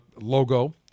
logo